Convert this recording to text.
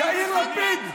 יאיר לפיד,